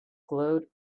glowed